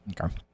Okay